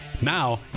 Now